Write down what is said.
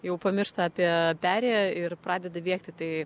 jau pamiršta apie perėją ir pradeda bėgti tai